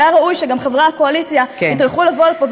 והיה ראוי שחברי הקואליציה יטרחו לבוא לפה,